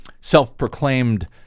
self-proclaimed